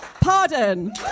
Pardon